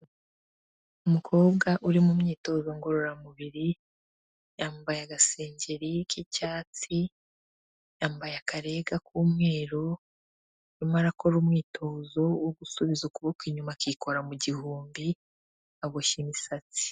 Umukobwa uri mu myitozo ngororamubiri, yambaye agasengeri k'icyatsi, yambaye akarega k'umweru, arimo arakora umwitozo wo gusubiza ukuboko inyuma akikora mu gihumbi, aboshya imisatsi.